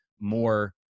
more